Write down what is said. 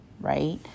right